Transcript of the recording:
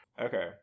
Okay